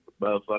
motherfucker